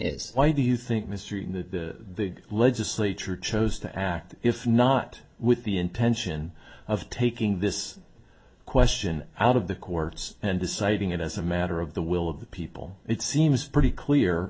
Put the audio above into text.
is why do you think history in the legislature chose to act if not with the intention of taking this question out of the courts and deciding it as a matter of the will of the people it seems pretty clear